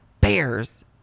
Bears